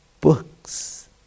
books